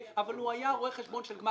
לא תנאי "וגם".